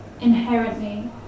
inherently